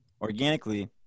organically